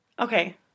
Okay